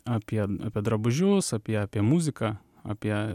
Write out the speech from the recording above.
apie apie drabužius apie apie muziką apie